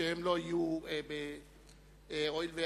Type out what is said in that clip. הצעה לסדר-היום מס'